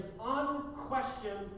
unquestioned